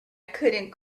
couldn’t